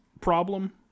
problem